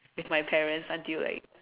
with my parents until like